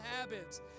habits